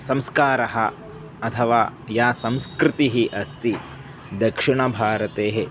संस्कारः अथवा या संस्कृतिः अस्ति दक्षिणभारते